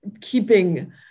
keeping